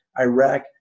Iraq